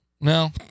No